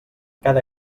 cada